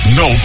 no